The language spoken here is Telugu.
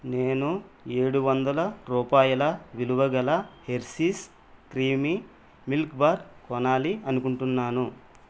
నేను ఏడు వందల రూపాయల విలువ గల హెర్షీస్ క్రీమీ మిల్క్ బార్ కొనాలి అనుకుంటున్నాను